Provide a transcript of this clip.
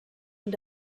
und